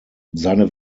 seine